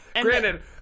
granted